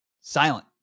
silent